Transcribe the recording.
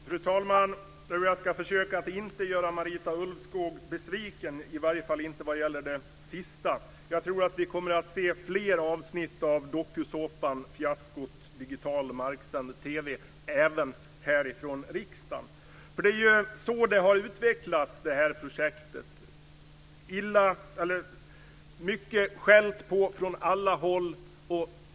Fru talman! Jag ska försöka att inte göra Marita Ulvskog besviken - i alla fall inte vad gäller det sista. Jag tror att vi kommer att se flera avsnitt av dokusåpan Fiaskot - digital marksänd TV även från riksdagen. Det är så projektet har utvecklats. Det har skällts mycket på det från alla håll.